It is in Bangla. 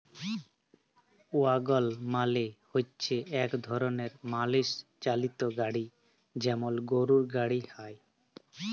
ওয়াগল মালে হচ্যে এক রকমের মালষ চালিত গাড়ি যেমল গরুর গাড়ি হ্যয়